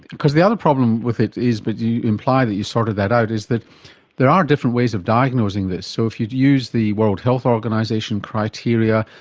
because the other problem with it is, but you imply that you sorted that out, is that there are different ways of diagnosing this. so if you use the world health organisation criteria,